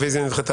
הרביזיה נדחתה.